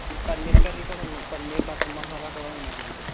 ఈ పన్నీర్ కర్రీ కూడా ఉంది పన్నీర్ బట్టర్ మసాలా కూడా ఉన్నాదండి